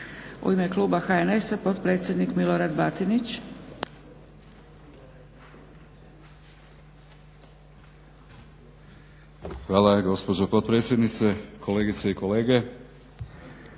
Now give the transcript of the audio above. U ime kluba HNS-a potpredsjednik Milorad Batinić. **Batinić, Milorad (HNS)** Hvala gospođo potpredsjednice, kolegice i kolege.